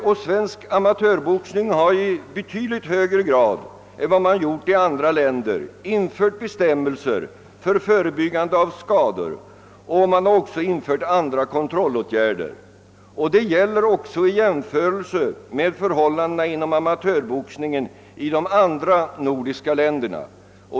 Inom denna har man i betydligt högre grad än man gjort i andra länder infört bestämmelser för förebyggande av skador, och man har även vidtagit andra kontrollåtgärder. Det gäller också i jämförelse med förhållandena inom amatörboxningen i de andra nordiska länderna.